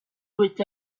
with